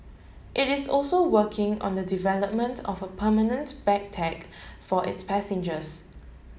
it is also working on the development of a permanent bag tag for its passengers